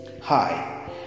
Hi